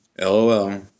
LOL